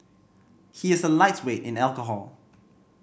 he is a lightweight in alcohol